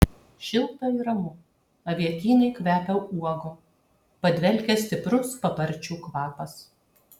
šilta ir ramu avietynai kvepia uogom padvelkia stiprus paparčių kvapas